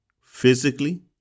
physically